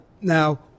Now